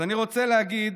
אז אני רוצה להגיד,